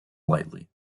lightly